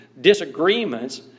disagreements